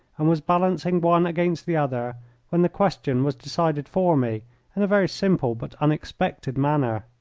and was balancing one against the other when the question was decided for me in a very simple but unexpected manner.